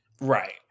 Right